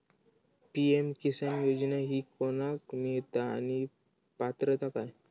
PM किसान योजना ही कोणाक मिळता आणि पात्रता काय?